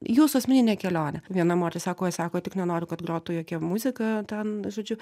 jūsų asmeninė kelionė viena moteris sako oj sako tik nenoriu kad grotų jokia muzika ten žodžiu